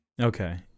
Okay